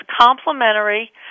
complementary